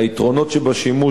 היתרונות שבשימוש,